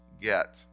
get